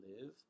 live